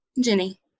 jenny